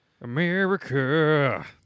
America